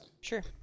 Sure